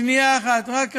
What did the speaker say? שנייה אחת, רק רגע.